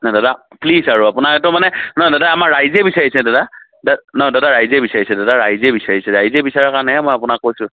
দাদা প্লিজ আৰু আপোনা এইটো মানে নহয় দাদা আমাৰ ৰাইজেই বিচাৰিছে দাদা দাদ নহয় দাদা ৰাইজেই বিচাৰিছে দাদা ৰাইজেই বিচাৰিছে ৰাইজে বিচৰা কাৰণেহে মই আপোনাক কৈছোঁ